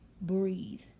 breathe